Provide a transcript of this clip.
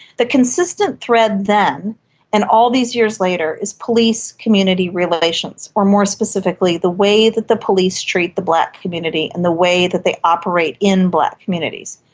the consistent thread then and all these years later is police community relations, or more specifically the way that the police treat the black community and the way that they operate in black communities.